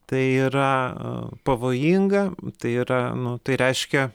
tai yra a pavojinga tai yra nu tai reiškia